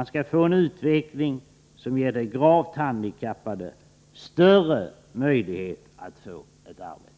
vi skall få en utveckling som innebär att de gravt handikappade får större möjligheter att få ett arbete.